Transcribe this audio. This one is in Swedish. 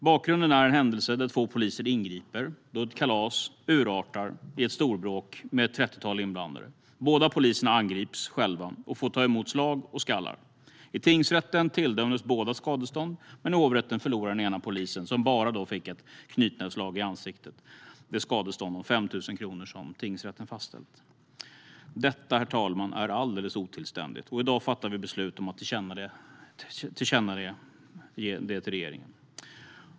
Bakgrunden är en händelse där två poliser ingriper då ett kalas urartar i ett storbråk med ett trettiotal inblandade. Båda poliserna angrips själva och får ta emot slag och skallar. I tingsrätten tilldöms båda skadestånd. Men i hovrätten förlorar den ena polisen, som "bara" fick ett knytnävsslag i ansiktet, det skadestånd om 5 000 kronor som tingsrätten fastställt. Detta, herr talman, är alldeles otillständigt. I dag fattar vi beslut om att tillkännage det för regeringen.